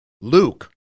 Luke